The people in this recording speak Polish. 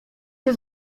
się